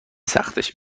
سختش